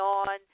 on